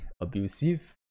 abusive